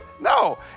No